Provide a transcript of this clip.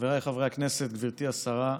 חבריי חברי הכנסת, גברתי השרה,